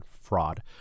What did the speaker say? fraud